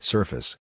Surface